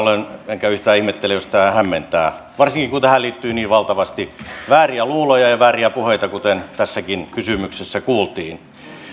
enkä yhtään ihmettele jos tämä hämmentää varsinkin kun tähän liittyy niin valtavasti vääriä luuloja ja vääriä puheita kuten tässäkin kysymyksessä kuultiin